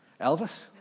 Elvis